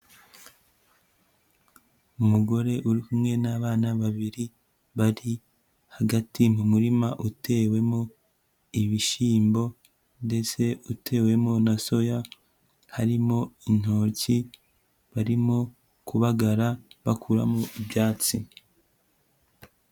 Umugore uri kumwe n'abana babiri, bari hagati mu murima utewemo ibishimbo ndetse utewemo na soya, harimo intoki, barimo kubagara bakuramo ibyatsi.